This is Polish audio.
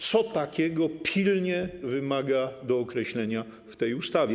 Co takiego pilnie wymaga dookreślenia w tej ustawie?